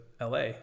LA